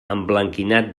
emblanquinat